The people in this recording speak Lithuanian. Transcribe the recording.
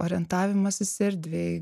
orientavimasis erdvėj